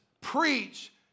preach